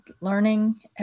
learning